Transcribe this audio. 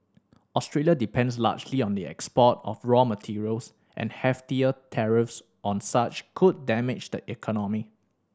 Australia depends largely on the export of raw materials and heftier tariffs on such could damage the economy